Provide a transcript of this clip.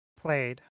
played